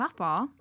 softball